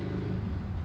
mm